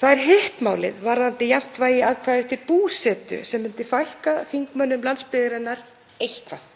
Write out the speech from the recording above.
Það er hitt málið, varðandi jafnt vægi atkvæða eftir búsetu, sem myndi fækka þingmönnum landsbyggðarinnar eitthvað,